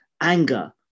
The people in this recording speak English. anger